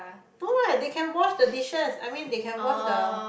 no what they can wash the dishes I mean they can wash the